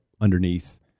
underneath